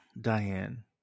Diane